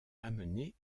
amener